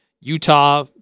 Utah